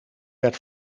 werd